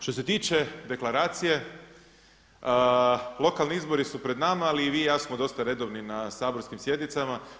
Što se tiče deklaracije lokalni izbori su pred nama, ali i vi i ja smo dosta redovni na saborskim sjednicama.